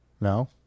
No